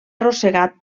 arrossegat